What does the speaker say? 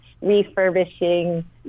refurbishing